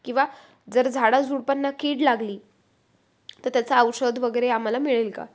किंवा जर झाडाझुडपांना कीड लागली तर त्याचा औषध वगैरे आम्हाला मिळेल का